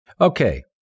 Okay